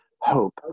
hope